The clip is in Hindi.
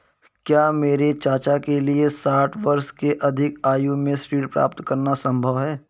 क्या मेरे चाचा के लिए साठ वर्ष से अधिक की आयु में ऋण प्राप्त करना संभव होगा?